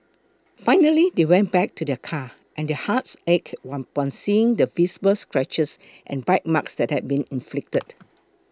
finally they went back to their car and their hearts ached upon seeing the visible scratches and bite marks that had been inflicted